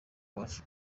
wacu